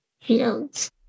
fields